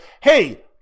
hey